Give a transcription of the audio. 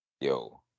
yo